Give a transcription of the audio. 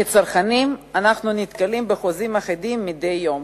כצרכנים אנחנו נתקלים בחוזים אחידים מדי יום,